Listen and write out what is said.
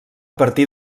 partir